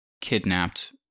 kidnapped